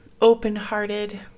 open-hearted